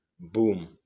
boom